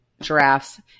giraffes